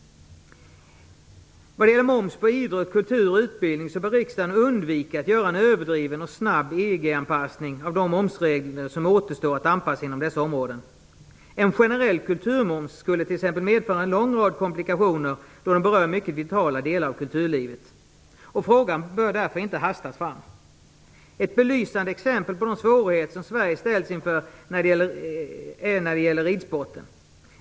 Vad gäller moms på idrott, kultur och utbildning bör riksdagen undvika att göra en överdriven och snabb EG-anpassning av de momsregler som återstår att anpassa inom dessa områden. En generell kulturmoms skulle t.ex. medföra en lång rad komplikationer då den berör mycket vitala delar av kulturlivet, och frågan bör därför inte hastas fram. Ett belysande exempel på de svårigheter som Sverige ställs inför gäller ridsporten.